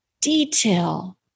detail